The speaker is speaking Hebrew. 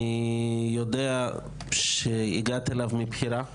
אני יודע שהגעת אליו מבחירה,